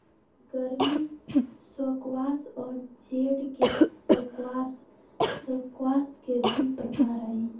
गर्मी स्क्वाश और जेड के स्क्वाश स्क्वाश के दु प्रकार हई